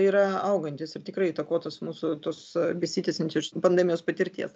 yra augantis ir tikrai įtakotas mūsų tos besitęsiančios pandemijos patirties